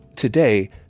Today